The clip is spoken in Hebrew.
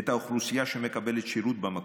את האוכלוסייה שמקבלת שירות במקום.